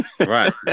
Right